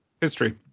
History